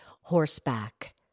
horseback